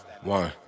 one